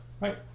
Right